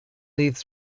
leafed